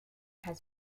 has